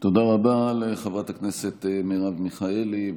תודה רבה לחברת הכנסת מרב מיכאלי,